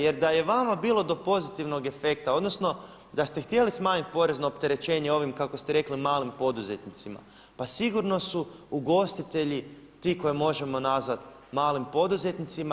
Jer da je vama bilo do pozitivnog efekta, odnosno da ste htjeli smanjiti porezno opterećenje ovim kako ste rekli malim poduzetnicima, pa sigurno su ugostitelji ti koje možemo nazvati malim poduzetnicima.